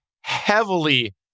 heavily